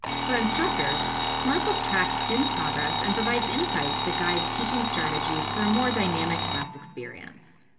for instructors, smartbook tracks student progress and provides insights that guide teaching strategies for a more dynamic class experience.